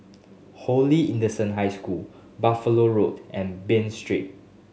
Holy Innocent High School Buffalo Road and Bain Street